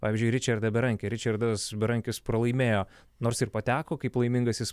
pavyzdžiui ričardą berankį ričardas berankis pralaimėjo nors ir pateko kaip laimingasis